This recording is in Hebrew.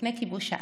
לפני כיבוש הארץ,